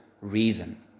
reason